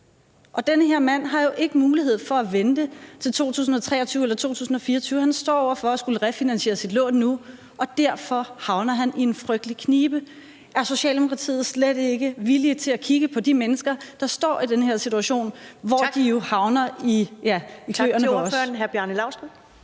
Og den her mand har jo ikke mulighed for at vente til 2023 eller 2024. Han står over for at skulle refinansiere sit lån nu, og derfor havner han i en frygtelig knibe. Er Socialdemokratiet slet ikke villige til at kigge på de mennesker, der står i den her situation, hvor de jo havner i, ja, kløerne på os? Kl.